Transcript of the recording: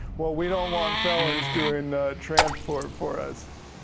well, we don't want felons doing transport for us.